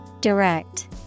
Direct